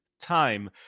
time